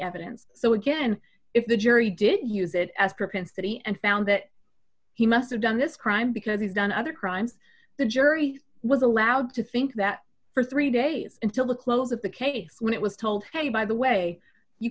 evidence so again if the jury did use it as propensity and found that he must have done this crime because he's done other crimes the jury was allowed to think that for three days until the close of the case when it was told hey by the way you